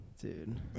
dude